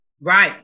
Right